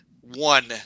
One